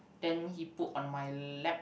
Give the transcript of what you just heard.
then he put on my lap